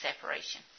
separation